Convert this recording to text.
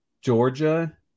Georgia